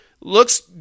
Looks